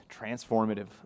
transformative